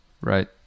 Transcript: Right